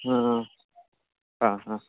हां हां हां